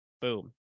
boom